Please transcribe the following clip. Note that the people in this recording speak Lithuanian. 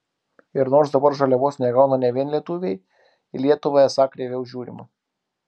ir nors dabar žaliavos negauna ne vien lietuviai į lietuvą esą kreiviau žiūrima